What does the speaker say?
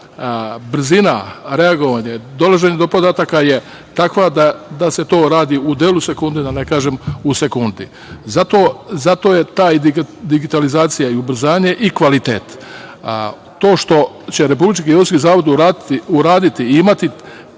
brzina, reagovanje, dolaženje do podataka je takva da se to radi u delu sekunde, da ne kažem u sekundi. Zato je ta digitalizacija i ubrzanje i kvalitet. To što će Republički geodetski zavod uraditi i imati